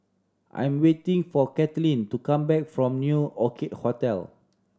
I'm waiting for Kathlyn to come back from New Orchid Hotel